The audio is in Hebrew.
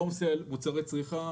הום סייל, מוצרי צריכה